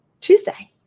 Tuesday